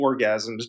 orgasms